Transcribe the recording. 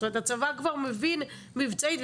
הצבא כבר מבין מבצעית.